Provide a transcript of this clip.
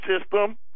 system